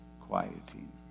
Quieting